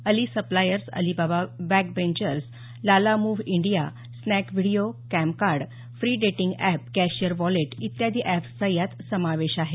Ali suppliers Alibaba workbench Lalamove India Snack Video CamCard free dating app cashier wallet इत्यादी अॅप्सचा यात समावेश आहे